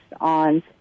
on